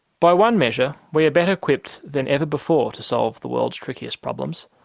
by one measure we are better equipped than ever before to solve the world's trickiest problems.